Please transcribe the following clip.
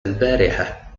البارحة